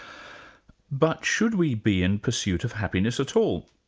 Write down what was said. but should we be in pursuit of happiness at all?